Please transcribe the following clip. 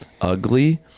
ugly